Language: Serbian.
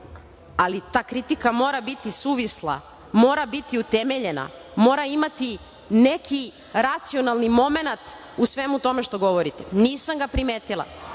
ali ta kritika mora biti suvisla, mora biti utemeljena, mora imati neki racionalni momenat u svemu tome što govorite. Nisam ga primetila,